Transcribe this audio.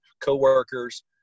coworkers